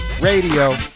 radio